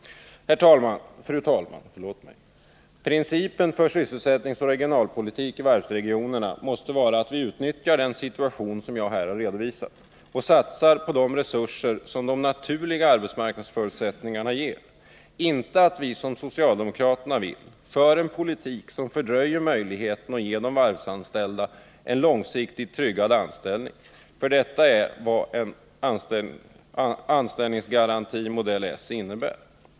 Fru talman! Principen för sysselsättningsoch regionalpolitik i varvsregionerna måste vara att vi utnyttjar den situation som jag här har redovisat och satsar på de resurser som de naturliga arbetsmarknadsförutsättningarna ger. Vi får inte, som socialdemokraterna vill, föra en politik, som fördröjer möjligheten att ge de varvsanställda en långsiktigt tryggad anställning, ty detta är vad en anställningsgaranti modell s innebär.